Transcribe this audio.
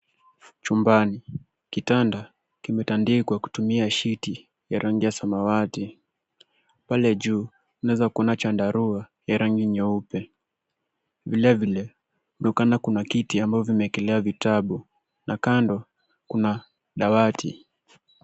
Chumbani, kitanda kimetandikwa kutumia shiti ya rangi ya samawati. Pale juu tunaeza kuaona chandarua ya rangi nyeupe, vilevile kuna kiti ambao vimeekelewa vitabu na kando kuna dawati.